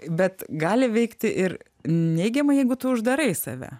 bet gali veikti ir neigiamai jeigu tu uždarai save